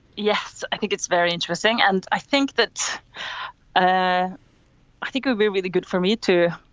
yes, i think it's very interesting. and i think that i i think would be really good for me, too.